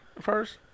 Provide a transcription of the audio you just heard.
First